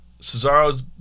Cesaro's